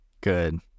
Good